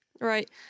Right